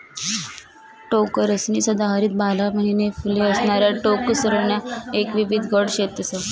टोकरसनी सदाहरित बारा महिना फुले असणाऱ्या टोकरसण्या एक विविध गट शेतस